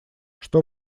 что